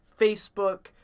Facebook